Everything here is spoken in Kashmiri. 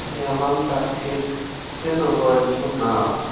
مےٚ ون ترتیٖب دِنہٕ وٲلۍ سُند ناو